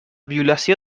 violació